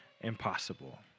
impossible